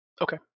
Okay